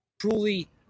truly